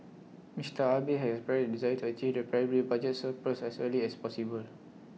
Mister Abe has expressed desire to achieve the primary budgets surplus as early as possible